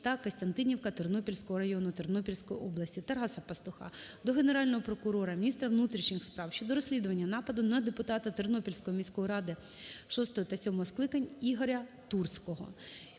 та Костянтинівка Тернопільського району Тернопільської області. Тараса Пастуха до Генерального прокурора, міністра внутрішніх справ щодо розслідування нападу на депутата Тернопільської міської ради VI та VII скликань Ігоря Турського.